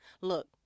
Look